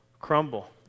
crumble